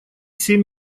семь